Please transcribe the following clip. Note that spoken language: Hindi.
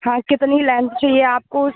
हाँ कितनी लेंथ चाहिए आपको उस